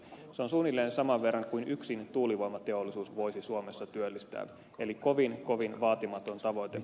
se on suunnilleen saman verran kuin yksin tuulivoimateollisuus voisi suomessa työllistää eli kovin kovin vaatimaton tavoite